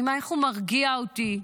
אימא, איך הוא מרגיע אותי.